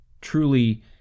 truly